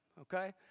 Okay